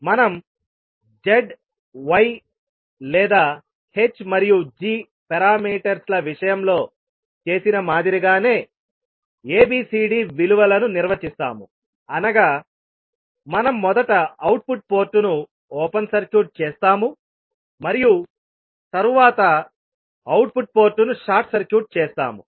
మనం z y లేదా h మరియు g పారామీటర్స్ ల విషయంలో చేసిన మాదిరిగానే ABCD విలువలను నిర్వచిస్తాము అనగా మనం మొదట అవుట్పుట్ పోర్టును ఓపెన్ సర్క్యూట్ చేస్తాము మరియు తరువాత అవుట్పుట్ పోర్టును షార్ట్ సర్క్యూట్ చేస్తాము